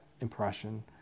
impression